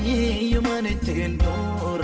you know